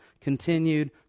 continued